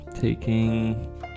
taking